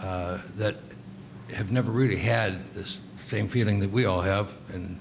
that have never really had this same feeling that we all have and